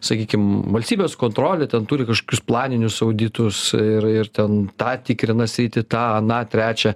sakykim valstybės kontrolė ten turi kažkokius planinius auditus ir ir ten tą tikrinasi eiti tą aną trečią